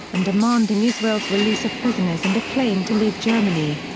and demanding israel's release of prisoners and a plane to leave germany.